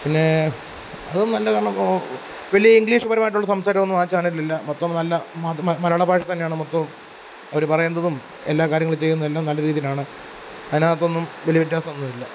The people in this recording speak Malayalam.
പിന്നേ അതു നല്ലതാണപ്പോൾ വലിയ ഇംഗ്ലീഷ് പരമായിട്ടുള്ള സംസാരമൊന്നും ആ ചാനലിലില്ല മൊത്തം നല്ല മാദ്ധ്യമ മ മലയാളഭാഷ തന്നെയാണ് മൊത്തം അവർ പറയുന്നതും എല്ലാകാര്യങ്ങളും ചെയ്യുന്നതെല്ലാം നല്ല രീതിയിലാണ് അതിനകത്തൊന്നും വലിയ വ്യത്യാസമൊന്നുമില്ല